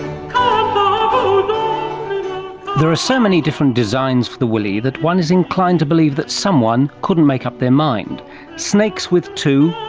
um there are so many different designs for the willy that one is inclined to believe that someone couldn't make up their mind snakes with two,